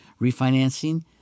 Refinancing